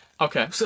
Okay